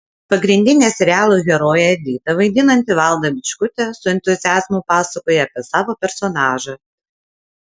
pagrindinę serialo heroję editą vaidinanti valda bičkutė su entuziazmu pasakoja apie savo personažą